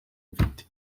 mfite